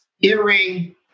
Earring